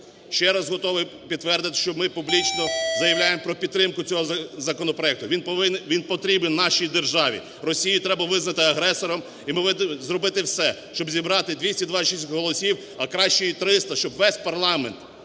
Ще раз готовий підтвердити, що ми публічно заявляємо про підтримку цього законопроекту. Він потрібен нашій державі. Росію треба визнати агресором. І ми маємо зробити все, щоб зібрати 226 голосів, а краще і 300, щоб весь парламент